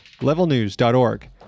levelnews.org